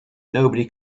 nobody